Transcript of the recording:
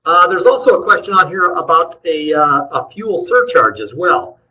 um there's also a question on here about a a fuel surcharge as well.